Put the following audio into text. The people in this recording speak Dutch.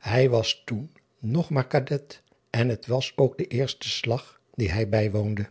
ij was toen nog maar kadet en het was ook de eerste slag dien hij bijwoonde